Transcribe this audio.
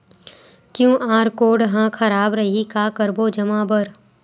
QR code हा खराब रही का करबो जमा बर?